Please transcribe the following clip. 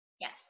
Yes